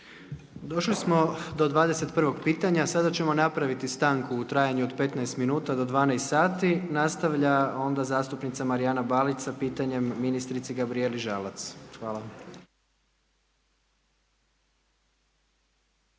Došli smo do 21. pitanja, sada ćemo napraviti stanku u trajanju od 15 minuta do 12 sati. Nastavlja onda zastupnica Marijana Balić sa pitanjem ministrici Gabrijeli Žalac. STANKA